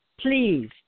Please